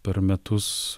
per metus